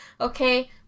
okay